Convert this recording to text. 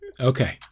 Okay